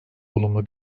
olumlu